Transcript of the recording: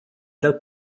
dal